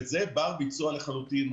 וזה בר ביצוע לחלוטין.